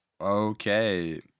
Okay